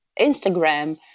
Instagram